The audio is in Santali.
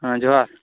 ᱦᱮᱸ ᱡᱚᱦᱟᱨ